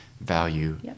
value